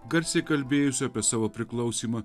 garsiai kalbėjusi apie savo priklausymą